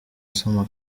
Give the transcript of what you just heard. asoma